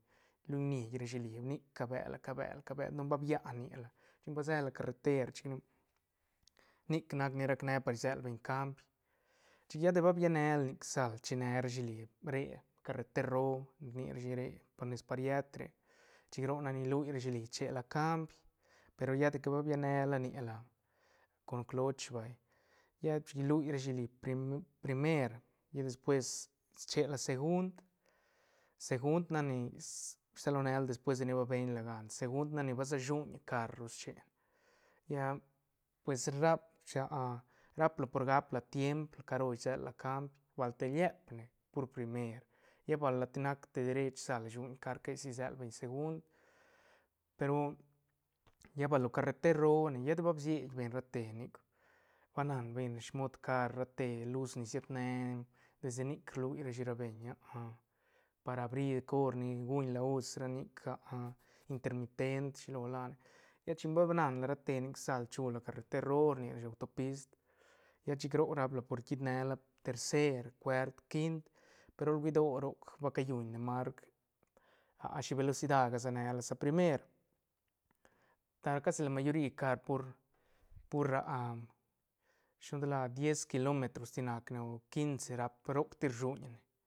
Rlui nii rashi nic cabela- cabela- cabela don ba bia nila chin ba sela carreter chic nic nac ni rac ne par isel beñ cambi chic lla de ba bianela nic sal chinera shi li re carreter roo rni rashi re par nes pariet re chic roc nac ni rlui rashi li chera cambi pero lla de bianela nila con cloch vay lla chic rlu rashi li prim- primer despues che la segund- segund nac ni rsalo ne la despues de nic ba ben la gan segund nac ni ba se shuñ car ru schen lla pues rap rap la por gap la tiemp ca ro isela cambi bal te liep ne pur primer lla bal ti nac te derech sal shuñ car que si shuñ car que si isel beñ segund pe ru lla bal lo carreter roo ne llet ba bsei beñ rate nic ba nan beñ smod car ra te luz ni sied ne ne desde nic rlurashi ra beñ parabri cor ni guñla us ra nic intermiten shilo la ne llet chin ba nan la rate nic sal chula lo carreter roo rni rashi lo autopist lla chic roc rap la por quiit ne la tercer cuart quint pe ru bueni do roc ba ca lluñ ne marc ah shi velocida ga se ne se la primer ta casi ra mayori ra car pur- pur shi lo gan tal la diez kilometros si nac ne o quince rap roc ti rshuñ ne.